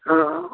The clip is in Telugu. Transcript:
ఆ